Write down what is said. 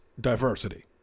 diversity